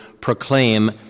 proclaim